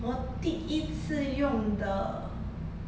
我第一次用的